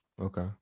okay